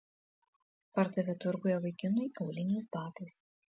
pardavė turguje vaikinui auliniais batais